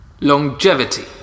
longevity